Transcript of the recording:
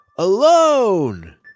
alone